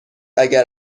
اگر